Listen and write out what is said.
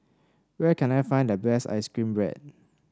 where can I find the best ice cream bread